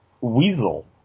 Weasel